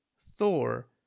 thor